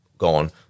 Gone